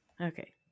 Okay